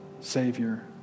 Savior